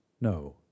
No